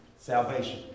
Salvation